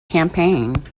campaign